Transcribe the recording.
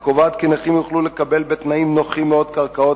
הקובעת כי נכים יוכלו לקבל בתנאים נוחים מאוד קרקעות